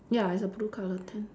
ya it's a blue colour tent